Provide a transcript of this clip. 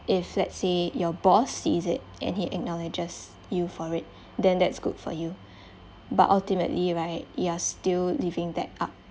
if let's say your boss sees it and he acknowledges you for it then that's good for you but ultimately right you are still leaving that up